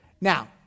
Now